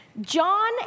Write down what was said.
John